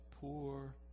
poor